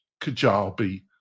Kajabi